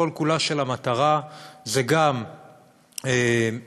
כול-כולה של המטרה זה גם ליישב